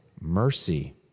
mercy